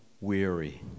weary